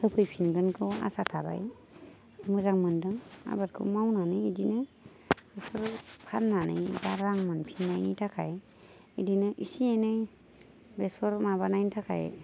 होफैफिनगोनखौ आसा थाबाय मोजां मोन्दों आबादखौ मावनानै बिदिनो बेसर फाननानै बा रां मोनफिननायनि थाखाय बिदिनो एसे एनै बेसर माबानायनि थाखाय